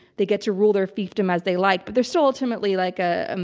they get to rule their fiefdom as they like, but they're still ultimately like a, and